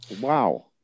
Wow